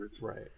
Right